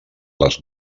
les